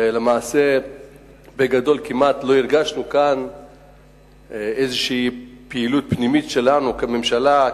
ולמעשה בגדול כמעט לא הרגשנו כאן איזו פעילות פנימית שלנו כממשלה,